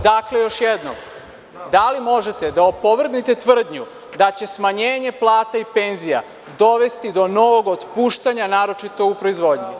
Dakle, još jednom, da li možete da opovrgnete tvrdnju da će smanjenje plata i penzija dovesti do novog otpuštanja, naročito u proizvodnji?